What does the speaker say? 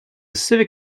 civic